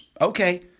Okay